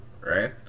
right